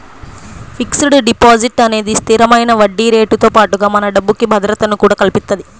fixed deposit అనేది స్థిరమైన వడ్డీరేటుతో పాటుగా మన డబ్బుకి భద్రతను కూడా కల్పిత్తది